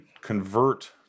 convert